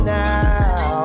now